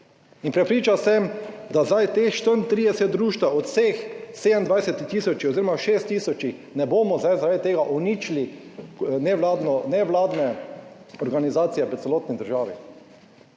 In prepričan sem, da zdaj teh 34 društev od vseh 27 tisoč oziroma 6 tisočih, ne bomo zdaj zaradi tega uničili nevladno, nevladne organizacije v celotni državi,